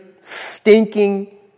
stinking